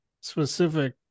specific